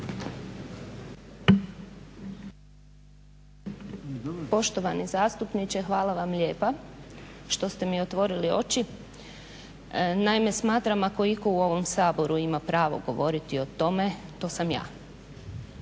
Poštovani zastupniče hvala vam lijepa što ste mi otvorili oči. Naime, smatram ako itko u ovom Saboru ima pravo govoriti o tome to sam ja.